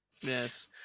Yes